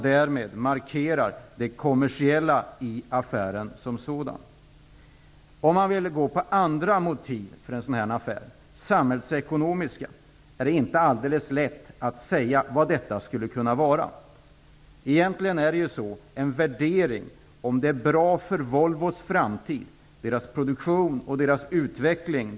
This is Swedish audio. Därmed markerar man det kommersiella i affären. Om man vill ta upp andra motiv för den här affären, t.ex. samhällsekonomiska, är det inte alldeles lätt att säga vad det skulle kunna vara. Det är egentligen frågan om en värdering: Är den här affären bra för Volvos framtid, produktion och utveckling?